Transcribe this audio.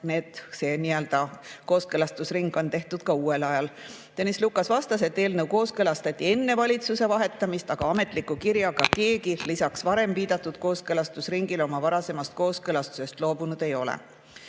Kas see kooskõlastusring on tehtud ka uuel ajal? Tõnis Lukas vastas, et eelnõu kooskõlastati enne valitsuse vahetumist, aga ametliku kirjaga keegi lisaks varem viidatud kooskõlastusringile oma varasemast kooskõlastusest loobunud ei ole.